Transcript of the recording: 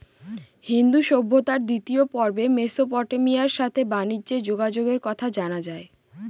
সিন্ধু সভ্যতার দ্বিতীয় পর্বে মেসোপটেমিয়ার সাথে বানিজ্যে যোগাযোগের কথা জানা যায়